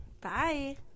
Bye